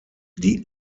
die